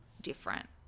different